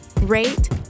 rate